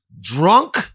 drunk